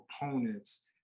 opponents